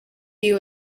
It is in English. you